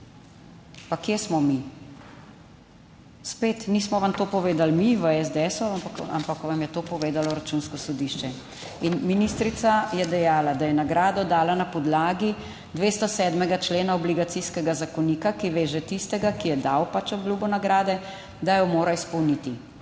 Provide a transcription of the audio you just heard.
Pa kje smo mi? Spet nismo vam to povedali mi v SDS, ampak vam je to povedalo Računsko sodišče in ministrica je dejala, da je nagrado dala na podlagi 207. člena Obligacijskega zakonika, ki veže tistega, ki je dal pač obljubo nagrade, da jo mora izpolniti.